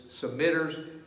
submitters